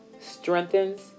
strengthens